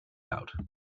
out